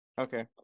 Okay